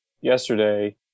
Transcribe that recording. yesterday